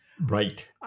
Right